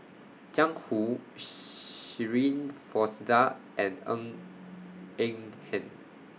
Jiang Hu Shirin Fozdar and Ng Eng Hen